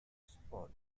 sponge